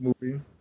movie